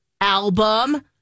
album